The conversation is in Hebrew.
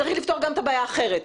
צריך לפתור גם הבעיה האחרת,